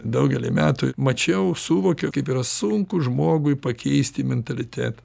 daugelį metų mačiau suvokiau kaip yra sunku žmogui pakeisti mentalitetą